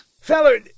Feller